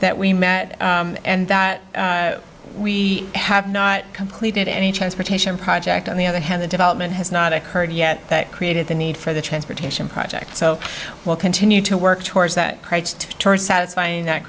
that we met and that we have not completed any transportation project on the other hand the development has not occurred yet that created the need for the transportation project so we'll continue to work towards that preached satisfying that